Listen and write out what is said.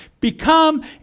become